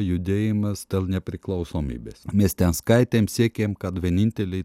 judėjimas dėl nepriklausomybės mes ten skaitėm siekėm kad vieninteliai